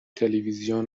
تلویزیون